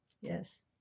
Yes